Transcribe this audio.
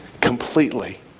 Completely